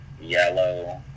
yellow